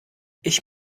ich